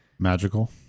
Magical